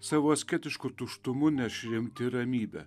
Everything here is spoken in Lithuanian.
savo asketišku tuštumu neš rimtį ir ramybę